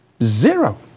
Zero